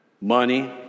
money